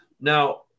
Now